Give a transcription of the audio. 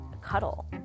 cuddle